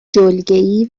جلگهای